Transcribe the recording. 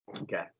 Okay